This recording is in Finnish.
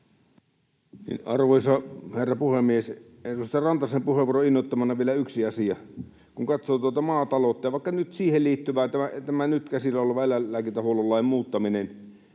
Arvoisa herra puhemies! Edustaja Rantasen puheenvuoron innoittamana vielä yksi asia. Kun katsoo tuota maataloutta ja vaikka nyt siihen liittyen tätä nyt käsillä olevaa eläinlääkintähuoltolain muuttamista: